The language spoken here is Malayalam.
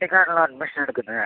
കുട്ടിക്കാണല്ലൊ അഡ്മിഷൻ എടുക്കുന്നത്